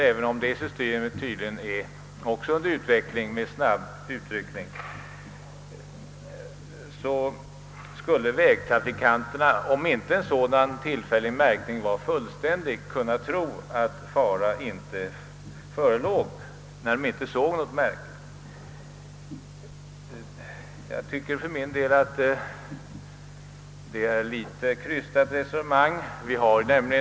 även om detta system med snabbutryckning tydligen är under utveckling skulle resultatet enligt statsrådets svar kunna bli att vägtrafikanterna, om inte en sådan tillfällig märkning är fullständig, tror att fara inte föreligger, eftersom de ju inte ser något märke. För min del finner jag resonemanget litet krystat.